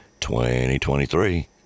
2023